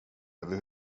över